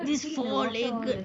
this is four legged